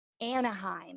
Anaheim